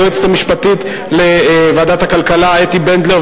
היועצת המשפטית לוועדת הכלכלה אתי בנדלר,